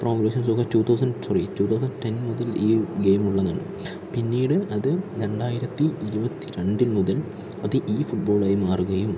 pro Evolution Soccer two thousand twelve two thousand ten മുതൽ ഈ ഗെയിമുള്ളതാണ് പിന്നീട് അത് രണ്ടായിരത്തി ഇരുപത്തി രണ്ടിൽ മുതൽ അത് ഇ ഫുട്ബോൾ ആയി മാറുകയും